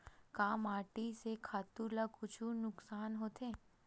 का माटी से खातु ला कुछु नुकसान होथे?